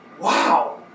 Wow